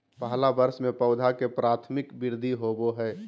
पहला वर्ष में पौधा के प्राथमिक वृद्धि होबो हइ